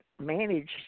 manage